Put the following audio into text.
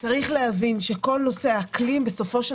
צריך להבין שכל נושא האקלים בסופו של